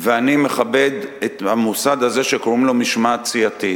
ואני מכבד את המוסד הזה שקוראים לו משמעת סיעתית.